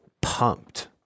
pumped